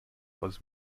was